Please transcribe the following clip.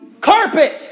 Carpet